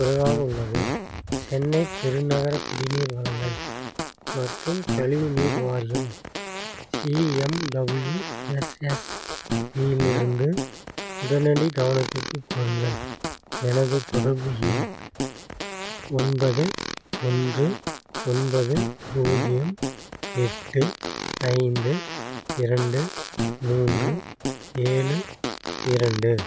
குறைவாக உள்ளது சென்னை பெருநகர குடிநீர் வழங்கல் மற்றும் கழிவுநீர் வாரியம் சிஎம்டபிள்யூஎஸ்எஸ் பியிலிருந்து உடனடி கவனத்திற்கு கோருங்கள் எனது தொடர்பு எண் ஒன்பது ஒன்று ஒன்பது பூஜ்யம் எட்டு ஐந்து இரண்டு மூன்று ஏழு இரண்டு